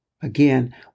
again